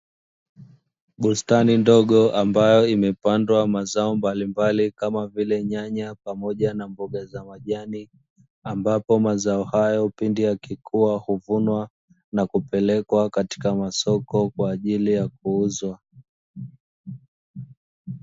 Bustani ndogo ambayo imepandwa mazao mbalimbali kama vile nyanya pamoja na mboga za majani, ambapo mazao hayo pindi yakikua huvunwa na kupelekwa katika masoko kwa ajili ya kuuzwa.